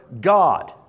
God